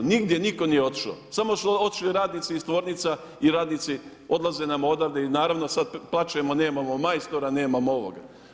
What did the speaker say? Nigdje niko nije otišo, samo su otišli radnici iz tvornica i radnici odlaze nam odavde i naravno sada plačemo nemamo majstora nemamo ovoga.